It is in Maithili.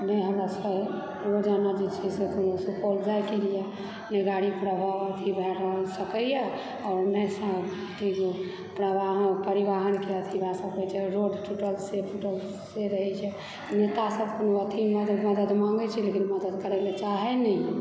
नहि हमरा सभकेँ रोजाना जे छै से कोनो सुपौल जाइ के लिए नहि गाड़ी अथी भए सकैए आओर नहि अथी परिवहनके अथी भए सकय छै रोड टूटल से फूटल से रहय छै नेतासभ अथीमे मदद मांगै छै लेकिन मदद करय लऽ चाहै नहिए